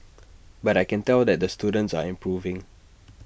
but I can tell that the students are improving